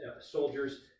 soldiers